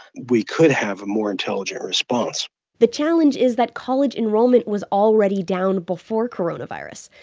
we could have a more intelligent response the challenge is that college enrollment was already down before coronavirus,